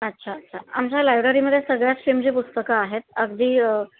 अच्छा अच्छा आमच्या लायब्ररीमध्ये सगळ्याच श्ट्रीम पुस्तकं आहेत अगदी